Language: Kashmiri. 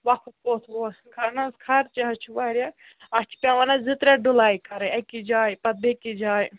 وقت کوٚت ووت اَہَن حظ خرچہِ حظ چھِ واریاہ اَتھ چھِ پٮ۪وان اَسہِ زٕ ترٛےٚ ڈُلاے کَرٕنۍ أکِس جایہِ پَتہٕ بیٚیِس جایہِ